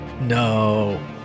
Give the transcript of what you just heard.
no